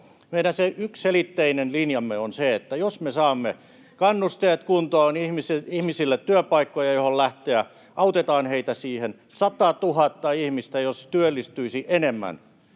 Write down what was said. Meidän yksiselitteinen linjamme on se, että jos me saamme kannusteet kuntoon ja ihmisille työpaikkoja, joihin lähteä, autetaan heitä siihen, niin 100 000 ihmistä työllistyisi enemmän.